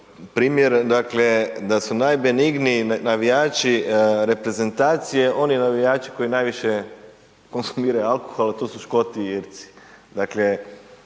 primjer. Dakle da su najbenigniji navijači reprezentacije, oni navijači koji najviše konzumiraju alkohol a to su Škoti i Irci. Dakle